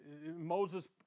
Moses